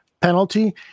penalty